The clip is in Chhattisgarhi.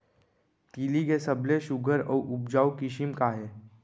तिलि के सबले सुघ्घर अऊ उपजाऊ किसिम का हे?